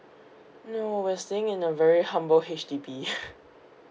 no we're staying in a very humble H_D_B